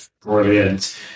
brilliant